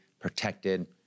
protected